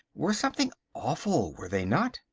were something awful, were they not?